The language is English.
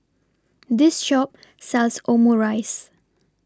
This Shop sells Omurice